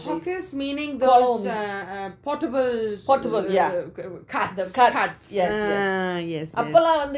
hawkers meaning those uh um portable uh err carts carts ah yes yes